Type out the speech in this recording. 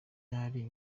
ryari